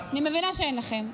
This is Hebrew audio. אני מבינה שאין לכם.